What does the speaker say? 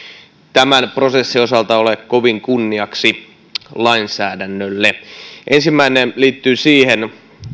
tämän prosessin osalta ole kovin kunniaksi lainsäädännölle ensimmäinen liittyy siihen